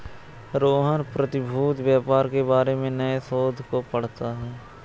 रोहन प्रतिभूति व्यापार के बारे में नए शोध को पढ़ता है